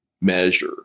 measure